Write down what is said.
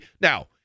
now